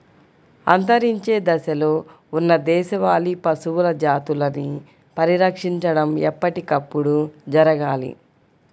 అంతరించే దశలో ఉన్న దేశవాళీ పశువుల జాతులని పరిరక్షించడం ఎప్పటికప్పుడు జరగాలి